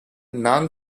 non